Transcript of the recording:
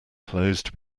closed